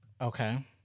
Okay